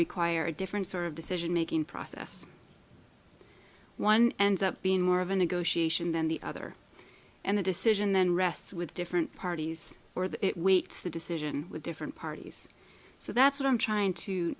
require a different sort of decision making process one ends up being more of a negotiation than the other and the decision then rests with different parties or the weight the decision with different parties so that's what i'm trying to